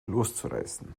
loszureißen